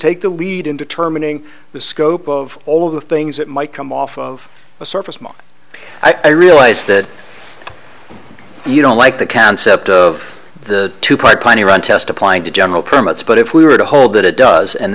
take the lead in determining the scope of all of the things that might come off of the surface i realize that you don't like the concept of the two pipeline iran test applying to general permits but if we were to hold that it does and